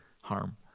harm